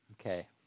Okay